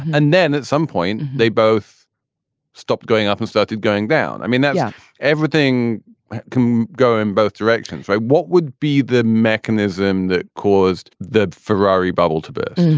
and then at some point they both stopped going up and started going down. i mean, not yeah everything can go in both directions. what would be the mechanism that caused the ferrari bubble to burst?